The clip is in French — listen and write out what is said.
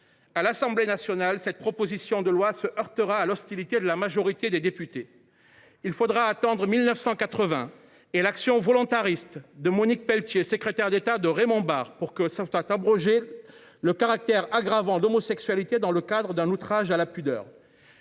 à l’Assemblée nationale, cette proposition de loi se heurta à l’hostilité de la majorité des députés. Il fallut attendre 1980 et l’action volontariste de Monique Pelletier, secrétaire d’État dans le gouvernement de Raymond Barre, pour que fut abrogée la circonstance aggravante d’homosexualité dans le cadre d’un outrage public à la pudeur.